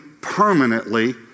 permanently